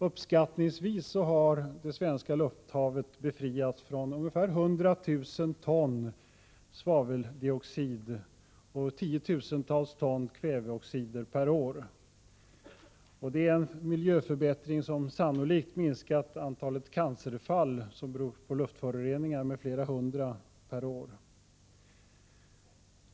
Uppskattningsvis har det svenska lufthavet befriats från ungefär 100 000 ton svaveldioxid och tiotusentals ton kväveoxider per år. Det är en miljöförbättring som sannolikt minskat antalet cancerfall som beror på luftföroreningar med flera hundra per år.